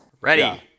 Ready